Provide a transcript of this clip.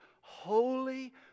holy